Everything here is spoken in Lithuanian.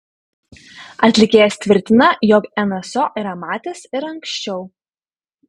atlikėjas tvirtina jog nso yra matęs ir anksčiau